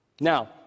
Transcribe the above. Now